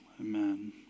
Amen